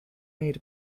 made